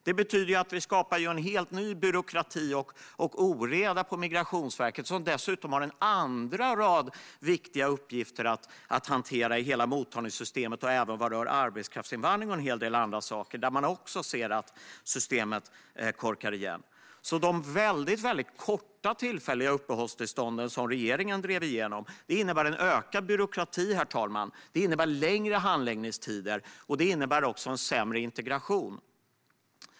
Det betyder att det skapas en helt ny byråkrati och oreda på Migrationsverket, som dessutom har en rad andra viktiga uppgifter att hantera i hela mottagningssystemet, även vad gäller arbetskraftsinvandring och en hel del andra saker. Där korkar systemet också igen. Herr talman! De väldigt korta tillfälliga uppehållstillstånden som regeringen drev igenom leder alltså till ökad byråkrati. De leder till längre handläggningstider och sämre integration.